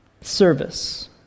service